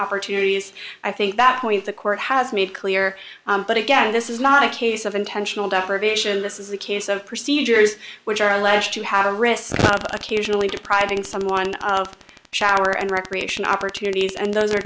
opportunities i think that point the court has made clear but again this is not a case of intentional deprivation this is a case of procedures which are alleged to have a risk occasionally depriving someone of shower and recreation opportunities and those are